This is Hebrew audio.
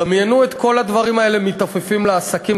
דמיינו את כל הדברים האלה מתעופפים לעסקים.